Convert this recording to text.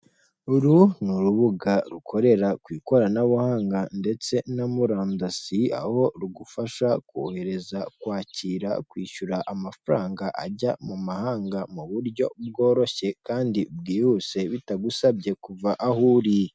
Uru ni urubuga rukorera ku ikoranabuhanga ndetse na murandasi, aho rugufasha kohereza, kwakira, kwishyura amafaranga ajya mu mahanga mu buryo bworoshye kandi bwihuse, bitagusabye kuva aho uri.